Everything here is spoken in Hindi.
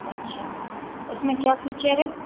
अच्छा उसमें क्या फीचर है